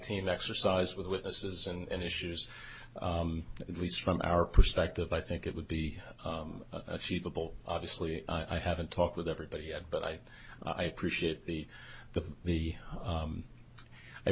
team exercise with witnesses and issues at least from our perspective i think it would be achievable obviously i haven't talked with everybody at but i i appreciate the the the